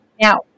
Now